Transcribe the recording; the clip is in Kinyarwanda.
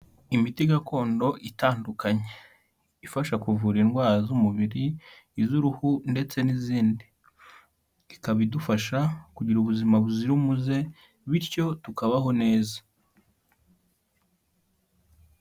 Imiti gakondo itandukanye. Ifasha kuvura indwara z'umubiri, iz'uruhu ndetse n'izindi. Ikaba idufasha kugira ubuzima buzira umuze, bityo tukabaho neza.